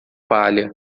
palha